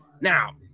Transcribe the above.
now